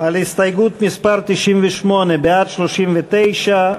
הסתייגות מס' 98: בעד 39,